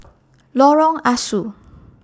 Lorong Ah Soo